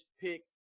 Picks